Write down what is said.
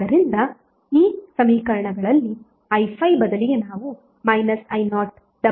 ಆದ್ದರಿಂದ ಈ ಸಮೀಕರಣಗಳಲ್ಲಿ i5 ಬದಲಿಗೆ ನಾವು i0 ಬರೆಯಬಹುದು